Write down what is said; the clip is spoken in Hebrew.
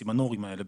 הסימנורים האלה,